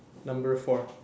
number four